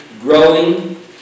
growing